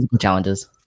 challenges